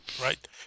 right